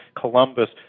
Columbus